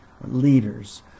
leaders